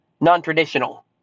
Non-traditional